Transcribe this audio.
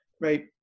right